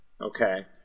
Okay